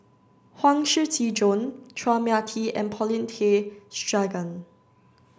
Huang Shiqi Joan Chua Mia Tee and Paulin Tay Straughan